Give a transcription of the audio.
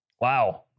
Wow